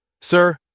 Sir